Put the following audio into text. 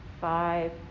five